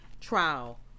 trial